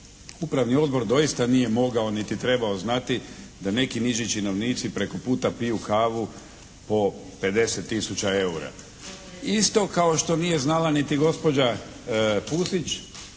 Upravni odbor doista nije mogao niti trebao znati da neki niži činovnici preko puta piju kavu po 50 tisuća eura. Isto kao što nije znala niti gospođa Pusić